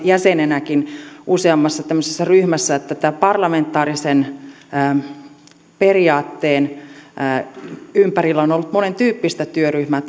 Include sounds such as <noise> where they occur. <unintelligible> jäsenenäkin useammassa tämmöisessä ryhmässä ja tämän parlamentaarisen periaatteen ympärillä on ollut monentyyppistä työryhmää <unintelligible>